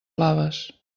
blaves